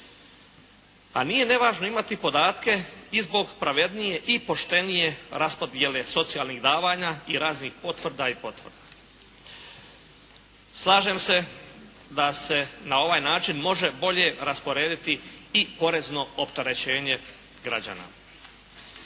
A nije nevažno imati podatke i zbog pravednije i poštenije raspodijele socijalnih davanja i raznih potvrda i potvrda. Slažem se da se na ovaj način može bolje rasporediti i porezno opterećenja građana.